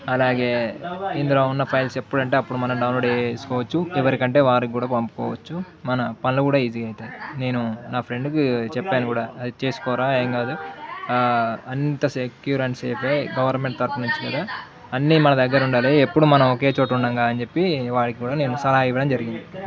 అలాగే ఇందులో ఉన్న ఫైల్స్ ఎప్పుడంటే అప్పుడు మనం డౌన్లోడ్ చేసుకోవచ్చు ఎవరికంటే వారికి కూడా పంపుకోవచ్చు మన పనులు కూడా ఈజీ అవుతుంది నేను నా ఫ్రెండ్కి చెప్పాను కూడా అది చేసుకోరా ఏం కాదు అంతా సెక్యూర్ అండ్ సేఫ గవర్నమెంట్ తరపు నుంచి కదా అన్నీ మన దగ్గర ఉండాలి ఎప్పుడు మనం ఒకే చోటు ఉండంగా అని చెప్పి వాడికి కూడా నేను సలహా ఇవ్వడం జరిగింది